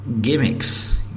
gimmicks